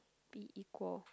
be equal